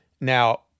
Now